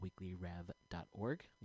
weeklyrev.org